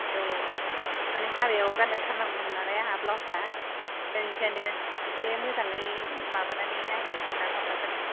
औ मानि हाबायाव गानलांथारनांगौमोन नालाय आहा ब्लाउसआ दा बिनिखायनो एसे मोजाङै माबानानै नायनानै सुनानै हरबानो जाबाय